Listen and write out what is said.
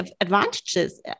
advantages